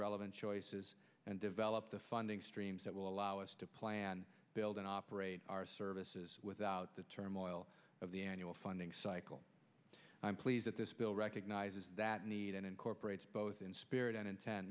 relevant choices and develop the funding streams that will allow us to plan build and operate our services without the turmoil of the annual funding cycle i'm pleased that this bill recognises that need and incorporates both in spirit and intent